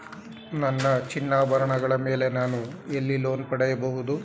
ನನ್ನ ಚಿನ್ನಾಭರಣಗಳ ಮೇಲೆ ನಾನು ಎಲ್ಲಿ ಲೋನ್ ಪಡೆಯಬಹುದು?